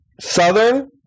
Southern